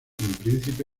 príncipe